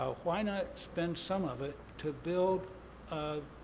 why not spend some of it to build